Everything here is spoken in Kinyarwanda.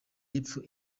y’epfo